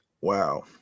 Wow